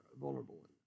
vulnerable